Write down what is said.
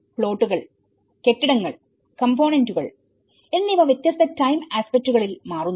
പ്ലോട്ടുകൾ കെട്ടിടങ്ങൾകമ്പോണെന്റുകൾ എന്നിവ വ്യത്യസ്ത ടൈം ആസ്പെക്റ്റുകളിൽ മാറുന്നു